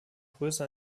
größe